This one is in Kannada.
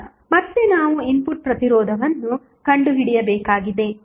ಈಗ ಮತ್ತೆ ನಾವು ಇನ್ಪುಟ್ ಪ್ರತಿರೋಧವನ್ನು ಕಂಡುಹಿಡಿಯಬೇಕಾಗಿದೆ